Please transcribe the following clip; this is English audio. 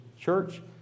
church